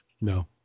No